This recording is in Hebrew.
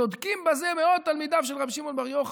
צודקים בזה מאוד תלמידיו של רבי שמעון בר יוחאי.